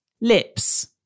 Lips